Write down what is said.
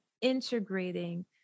integrating